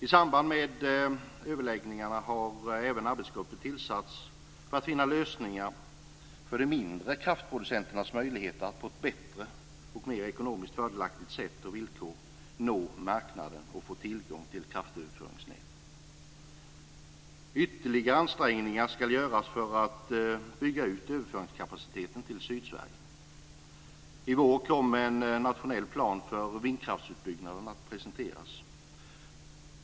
I samband med överläggningarna har även arbetsgrupper tillsatts för att finna lösningar för de mindre kraftproducenterna, så att det ska bli möjligt för dem att på ett bättre och mer ekonomiskt fördelaktigt sätt och på bättre villkor nå marknaden och få tillgång till kraftöverföringsnätet. Ytterligare ansträngningar ska göras för att bygga ut överföringskapaciteten till Sydsverige. I går kom en nationell plan för vindkraftsutbyggnaden att presenteras.